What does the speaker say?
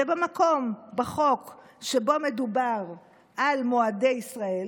ובמקום בחוק שבו מדובר על מועדי ישראל